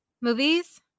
movies